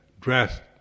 dressed